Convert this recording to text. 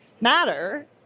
matter